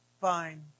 fine